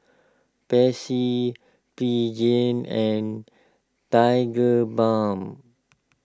Pansy Pregain and Tigerbalm